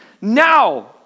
now